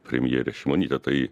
premjerė šimonytė tai